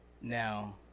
Now